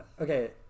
okay